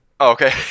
okay